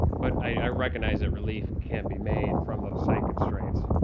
but i recognize that relief can be made from those site constraints.